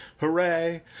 Hooray